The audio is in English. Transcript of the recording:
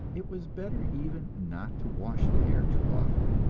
it was better even not to wash the hair too often.